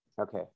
Okay